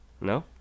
No